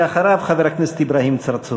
אחריו, חבר הכנסת אברהים צרצור.